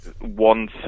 one